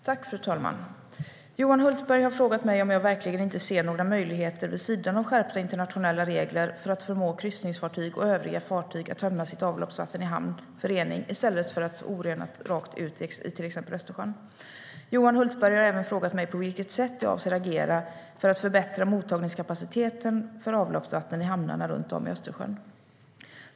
Fru talman! Johan Hultberg har frågat mig om jag verkligen inte ser några möjligheter, vid sidan av skärpta internationella regler, för att förmå kryssningsfartyg och övriga fartyg att tömma sitt avloppsvatten i hamn för rening i stället för orenat rakt ut i till exempel Östersjön. Johan Hultberg har även frågat mig på vilket sätt jag avser att agera för att förbättra mottagningskapaciteten för avloppsvatten i hamnarna runt om i Östersjön.